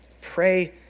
pray